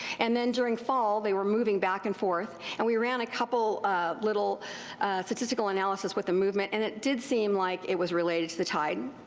and then during fall they were moving back and forth, and we ran a couple little statistical analyses with the movement and it did seem like it was related to the tide,